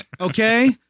Okay